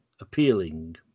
appealing